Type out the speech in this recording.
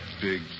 Big